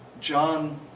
John